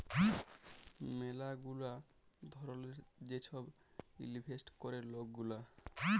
ম্যালা গুলা ধরলের যে ছব ইলভেস্ট ক্যরে লক গুলা